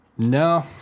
No